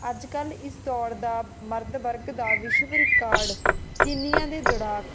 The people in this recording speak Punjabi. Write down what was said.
ਅੱਜ ਕੱਲ੍ਹ ਇਸ ਦੌੜ ਦਾ ਮਰਦ ਵਰਗ ਦਾ ਵਿਸ਼ਵ ਰਿਕਾਰਡ ਕੀਨੀਆਂ ਦੇ ਦੌੜਾਕ